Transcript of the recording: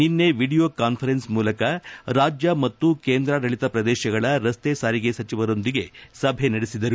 ನಿನ್ನೆ video conference ಮೂಲಕ ರಾಜ್ಯ ಮತ್ತು ಕೇಂದ್ರಾಡಳಿತ ಪ್ರದೇಶಗಳ ರಸ್ತೆ ಸಾರಿಗೆ ಸಚಿವರೊಂದಿಗೆ ಸಭೆ ನಡೆಸಿದರು